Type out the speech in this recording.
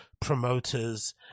promoters